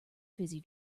fizzy